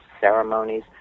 ceremonies